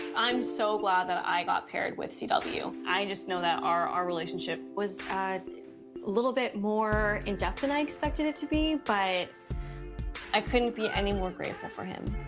i'm so glad that i got paired with c w. i just know that our our relationship was a little bit more in depth than i expected it to be, but i couldn't be any more grateful for him.